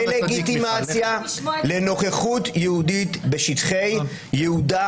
דה-לגיטימציה לנוכחות יהודית בשטחי יהודה,